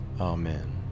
amen